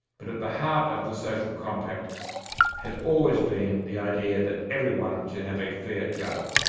but at the heart of the social compact has always been the idea that everyone should have a fair go.